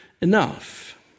enough